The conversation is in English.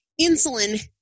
Insulin